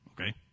okay